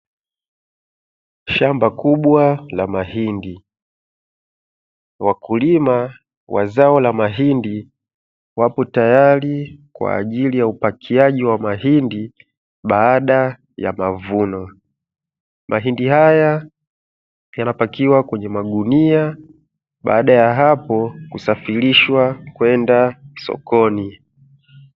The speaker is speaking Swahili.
Shamba kubwa la mahindi wakulima wa zao la mahindi wapo tayari kwa ajili ya upakiaji wa mahindi baada ya mavuno, mahindi haya yanapakiwa kwenye magunia baada ya hapo kusafirishwa kwenda sokoni.